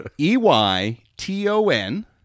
E-Y-T-O-N